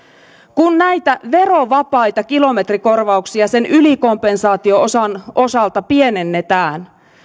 kun näitä verovapaita kilometrikorvauksia sen ylikompensaatio osan osalta pienennetään